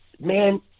man